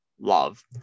love